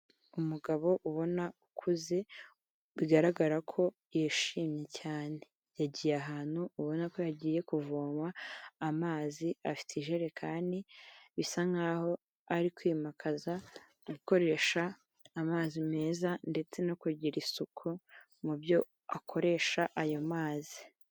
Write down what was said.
Umugabo ubona ukuze, bigaragara ko yishimye cyane, yagiye ahantu ubona ko yagiye kuvoma amazi, afite ijerekani bisa nk'aho ari kwimakaza gukoresha amazi meza ndetse no kugira isuku mu byo akoresha ayo mazi.